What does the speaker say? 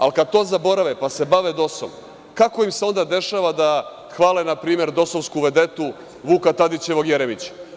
Ali, kada to zaborave, pa se bave DOS-om, kako im se onda dešava da hvale npr. DOS-ovsku vedetu Vuka Tadićevog Jeremić?